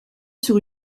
sur